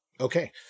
Okay